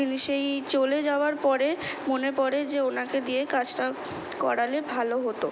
কিনু সেই চলে যাওয়ার পড়ে মনে পড়ে যে ওনাকে দিয়ে কাজটা করালে ভালো হতো